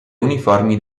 uniformi